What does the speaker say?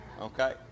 Okay